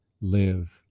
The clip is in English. live